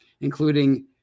including